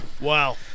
Wow